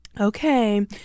Okay